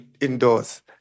indoors